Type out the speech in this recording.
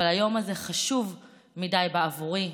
אבל היום הזה חשוב מדי בעבורי,